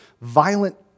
violent